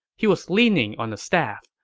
he was leaning on a stave,